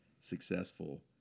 successful